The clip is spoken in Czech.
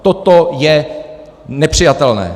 Toto je nepřijatelné.